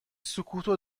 سکوتو